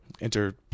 enter